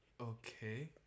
okay